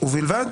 ובלבד